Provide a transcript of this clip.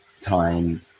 time